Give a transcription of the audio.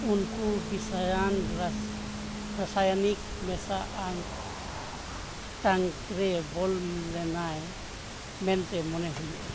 ᱩᱱᱠᱩ ᱵᱤᱥᱟᱭᱟᱱ ᱨᱟᱥᱟᱭᱚᱱᱤᱠ ᱢᱮᱥᱟ ᱟᱱ ᱴᱮᱝᱠ ᱨᱮ ᱵᱚᱞᱚ ᱞᱮᱱᱟᱭ ᱢᱮᱱᱛᱮ ᱢᱚᱱᱮ ᱦᱩᱭᱩᱜᱼᱟ